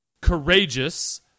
courageous